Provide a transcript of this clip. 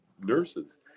nurses